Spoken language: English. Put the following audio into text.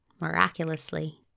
Miraculously